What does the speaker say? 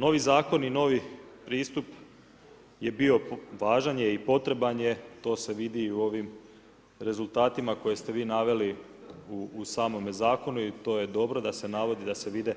Novi zakon i novi pristup važan je i potreban je, to se vidi u ovim rezultatima koje ste vi naveli u samom zakonu i to je dobro da se navodi i da se vide